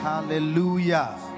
hallelujah